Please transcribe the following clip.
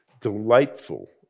delightful